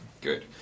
Good